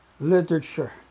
Literature